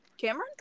Cameron